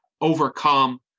overcome